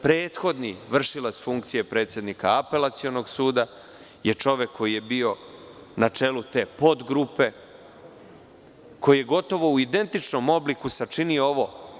Prethodni vršilac funkcija Apelacionog suda je čovek koji je bio na čelu te podgrupe, koji je gotovo u identičnom obliku sačinio ovo.